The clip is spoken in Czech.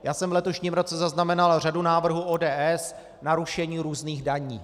Já jsem v letošním roce zaznamenal řadu návrhů ODS na rušení různých daní.